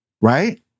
right